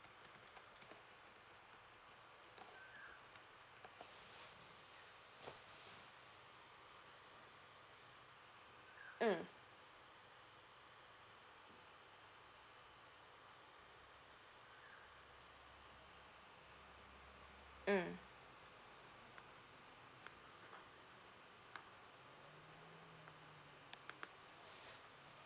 mm mm